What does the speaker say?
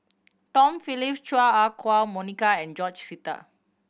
Tom Phillips Chua Ah Huwa Monica and George Sita